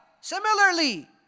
Similarly